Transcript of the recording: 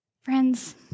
Friends